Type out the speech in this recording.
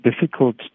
difficult